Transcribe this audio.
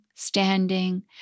standing